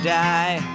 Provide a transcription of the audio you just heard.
die